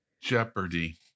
Jeopardy